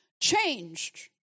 changed